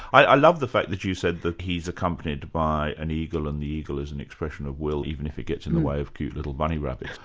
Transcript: i love the fact that you said that he's accompanied by an eagle and the eagle is an expression of will, even if it gets in the way of cute little bunny rabbits.